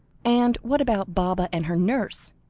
and what about baba and her nurse?